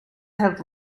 have